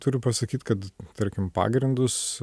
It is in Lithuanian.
turiu pasakyt kad tarkim pagrindus